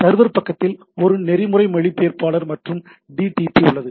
server பக்கத்தில் ஒரு நெறிமுறை மொழிப்பெயர்ப்பாளர் மற்றும் DTP உள்ளது